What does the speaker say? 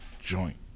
joint